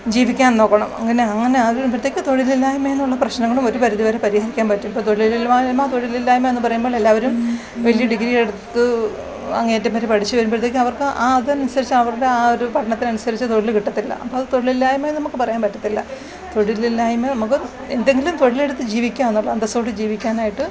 ജീവിക്കാൻ നോക്കണം അങ്ങനെ അങ്ങനെ ആകുമ്പോഴത്തേക്ക് തൊഴിലില്ലായ്മ എന്നുള്ള പ്രശ്നങ്ങളും ഒരു പരിധി വരെ പരിഹരിക്കാൻ പറ്റും ഇപ്പോൾ തൊഴിലില്ലായ്മ തൊഴിലില്ലായ്മ എന്ന് പറയുമ്പോൾ എല്ലാവരും വലിയ ഡിഗ്രി എടുത്ത് അങ്ങേയറ്റം വരെ പഠിച്ചുവരുമ്പോഴത്തേക്കും അവർക്ക് ആ അതനുസരിച്ച് അവരുടെ ആ ഒരു പഠനത്തിനനുസരിച്ച് തൊഴിൽ കിട്ടില്ല അപ്പം തൊഴിലില്ലായ്മ നമുക്ക് പറയാൻ പറ്റില്ല തൊഴിലില്ലായ്മ നമുക്ക് എന്തെങ്കിലും തൊഴിലെടുത്ത് ജീവിക്കാനുള്ളൂ അന്തസ്സോടെ ജീവിക്കാനായിട്ട്